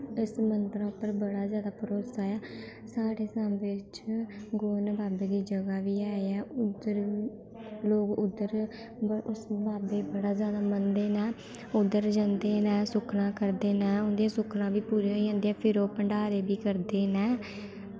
इस मन्दरा पर बड़ा जैदा भरोसा ऐ साढ़े सांबे च गोरन बाबे दी जगह बी ऐ उद्धर लोग उद्धर उस बाबे गी बड़ा जैदा मनदे न उद्धर जंदे न सुक्खनां करदे न उं'दी सुक्खनां बी पूरियां होई जंदियां न फिर ओह् भंड़ारे बी करदे न